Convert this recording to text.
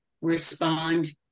respond